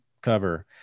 cover